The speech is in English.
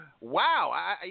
wow